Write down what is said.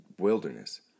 wilderness